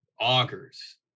augers